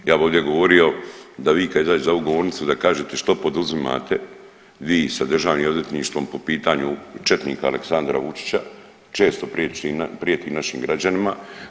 Ja bi ovdje govorio da vi kad izađete za ovu govornicu da kažete što poduzimate vi sa državnim odvjetništvom po pitanju četnika Aleksandra Vučića, često prijeti našim građanima.